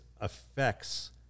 affects